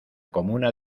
comuna